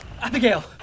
Abigail